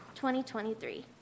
2023